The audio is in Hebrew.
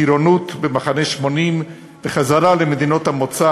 טירונות במחנה 80 וחזרה למדינות המוצא